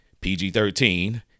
PG-13